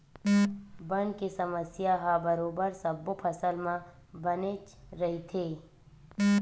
बन के समस्या ह बरोबर सब्बो फसल म बनेच रहिथे